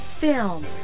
film